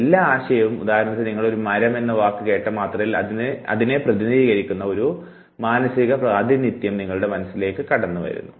എല്ലാ ആശയവും ഉദാഹരണത്തിന് നിങ്ങൾ മരം എന്ന വാക്ക് കേട്ട മാത്രയിൽ അതിനെ പ്രതിനിധീകരിക്കുന്ന മാനസിക പ്രാതിനിധ്യം നിങ്ങളുടെ മനസ്സിലേക്ക് കടന്നു വരുന്നു